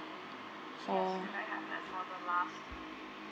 for